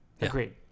Agreed